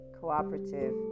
cooperative